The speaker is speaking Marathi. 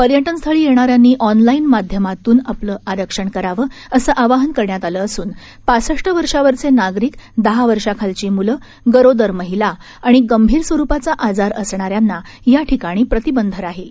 पर्यटन स्थळी येणाऱ्यांनी ऑनलाईन माध्यमात्न आपलं आरक्षण करावं असं आवाहन करण्यात आलं असून पासष्ट वर्षा वरचे नागरिक दहा वर्षा खालची मुलं गरोदर महिला आणि गंभीर स्वरूपाचा आजार असणाऱ्यांना या ठिकाणी प्रतिबंध राहील